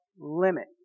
limit